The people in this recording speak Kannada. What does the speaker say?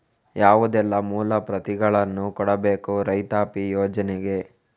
ಯಾವುದೆಲ್ಲ ಮೂಲ ಪ್ರತಿಗಳನ್ನು ಕೊಡಬೇಕು ರೈತಾಪಿ ಯೋಜನೆಗೆ?